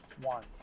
One